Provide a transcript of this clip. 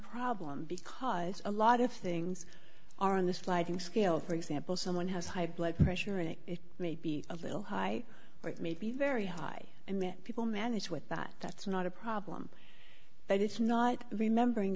because a lot of things are in the sliding scale for example someone has high blood pressure and it may be a little high but it may be very high and that people manage with that that's not a problem that it's not remembering